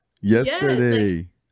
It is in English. Yesterday